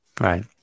Right